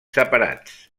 separats